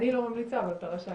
אני לא ממליצה, אבל אתה רשאי.